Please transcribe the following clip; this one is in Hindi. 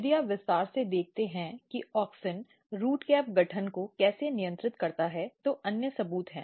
यदि आप विस्तार से देखते हैं कि ऑक्सिन रूट कैप गठन को कैसे नियंत्रित करता है तो अन्य सबूत हैं